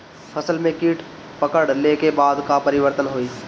फसल में कीट पकड़ ले के बाद का परिवर्तन होई?